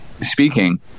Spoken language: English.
speaking